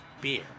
beer